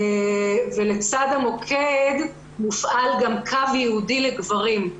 לצד המוקד מופעל גם קו ייעודי לגברים,